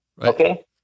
Okay